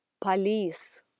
Police